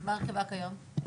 מה קובעת היום?